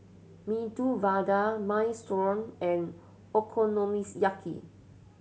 Medu Vada Minestrone and Okonomiyaki